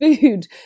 food